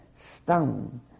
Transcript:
stung